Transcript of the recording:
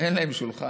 אין להם שולחן.